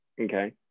okay